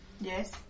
Yes